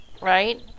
right